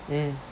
mm